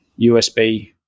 usb